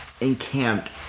encamped